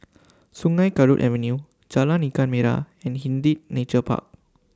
Sungei Kadut Avenue Jalan Ikan Merah and Hindhede Nature Park